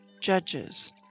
Judges